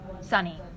Sunny